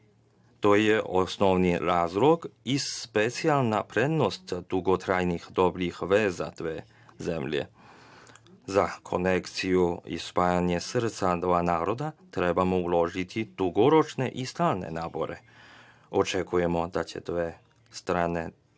To je osnovni razlog i specijalna prednost dugotrajnih dobrih veza dve zemlje. Za konekciju i spajanje srca dva naroda trebamo uložiti dugoročne i stalne napore. Očekujemo da će dve strane dalje